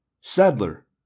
Sadler